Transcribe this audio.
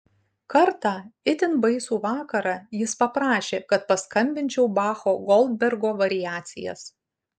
kartą itin baisų vakarą jis paprašė kad paskambinčiau bacho goldbergo variacijas